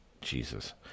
Jesus